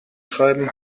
schreiben